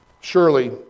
Surely